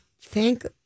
Thank